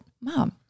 Mom